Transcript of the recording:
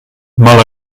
mal